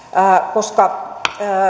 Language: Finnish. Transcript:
koska